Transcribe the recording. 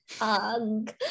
Hug